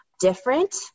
different